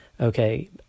Okay